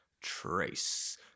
Trace